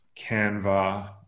canva